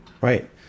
Right